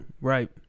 right